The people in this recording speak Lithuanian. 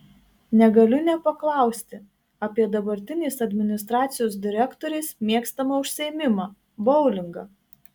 negaliu nepaklausti apie dabartinės administracijos direktorės mėgstamą užsiėmimą boulingą